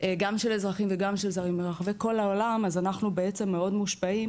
גם של אזרחים וגם של זרים מרחבי העולם אנחנו בעצם מאוד מושפעים